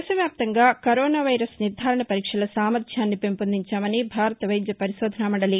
దేశ వ్యాప్తంగా corona virus నిర్దారణ పరీక్షల సామర్థ్యాన్ని పెంపొందించామని భారత వైద్య పరిశోధనా మండలి